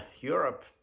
Europe